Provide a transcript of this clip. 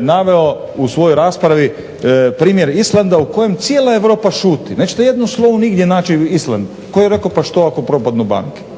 naveo u svojoj raspravi primjer Islanda o kojem cijela Europa šuti. Nećete jedno slovo nigdje naći u Islandu, tko je rekao što ako propadnu banke.